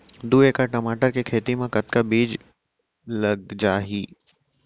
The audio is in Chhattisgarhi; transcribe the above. दू एकड़ टमाटर के खेती मा कतका बीजा लग जाही?